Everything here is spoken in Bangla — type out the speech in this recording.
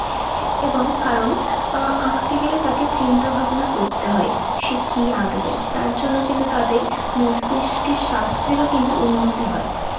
এবং কারণ আঁকতে গেলে তাকে চিন্তা ভাবনা করতে হয় সে কী আঁকবে তার জন্য কিন্তু তাদের মস্তিষ্কের স্বাস্থ্যেরও কিন্তু উন্নতি হয়